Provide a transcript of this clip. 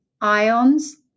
IONS